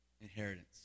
inheritance